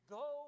go